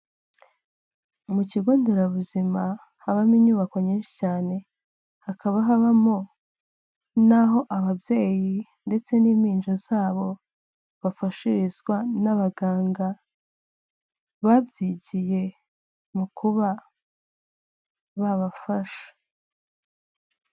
Mu kigo nderabuzima habamo inyubako nyinshi cyane, hakaba habamo n'aho ababyeyi ndetse n'impinja zabo bafashirezwa, n'abaganga babyigiye mu kuba babafasha.